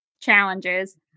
challenges